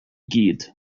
gyd